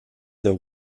the